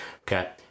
okay